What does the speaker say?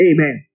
Amen